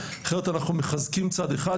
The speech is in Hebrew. אחרת אנחנו מחזקים צד אחד,